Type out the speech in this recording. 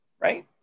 right